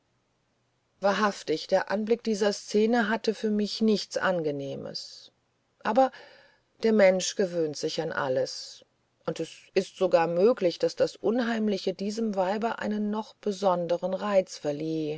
wahrhaftig der anblick dieser szene hatte für mich nichts angenehmes aber der mensch gewöhnt sich an alles und es ist sogar möglich daß das unheimliche diesem weibe einen noch besonderen reiz verlieh